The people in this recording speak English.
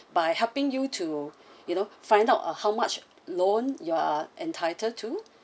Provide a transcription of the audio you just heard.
by helping you to you know find out uh how much loan you are entitled to